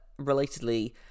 relatedly